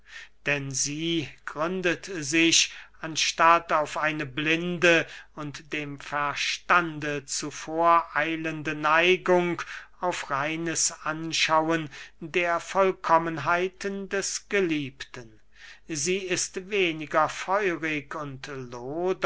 denn sie gründet sich anstatt auf eine blinde und dem verstande zuvoreilende neigung auf reines anschauen der vollkommenheiten des geliebten sie ist weniger feurig und